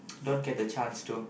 don't get the chance to